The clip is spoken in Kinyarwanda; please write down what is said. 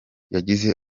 yagize